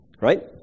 Right